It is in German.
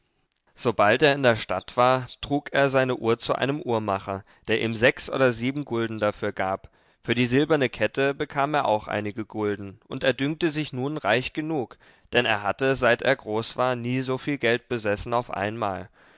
sobald er in der stadt war trug er seine uhr zu einem uhrmacher der ihm sechs oder sieben gulden dafür gab für die silberne kette bekam er auch einige gulden und er dünkte sich nun reich genug denn er hatte seit er groß war nie so viel geld besessen auf einmal